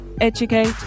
educate